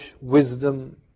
wisdom